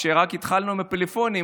כשרק התחלנו עם הפלאפונים,